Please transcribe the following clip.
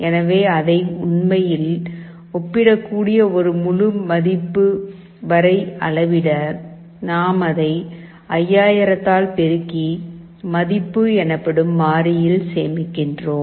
எனவே அதை உண்மையில் ஒப்பிடக்கூடிய ஒரு முழு மதிப்பு வரை அளவிட நாம் அதை 5000 ஆல் பெருக்கி "மதிப்பு" எனப்படும் மாறியில் சேமிக்கிறோம்